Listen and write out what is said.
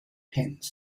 pins